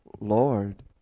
Lord